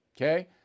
Okay